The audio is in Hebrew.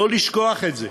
לא לשכוח את זה.